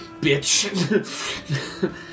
bitch